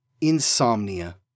Insomnia